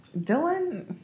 Dylan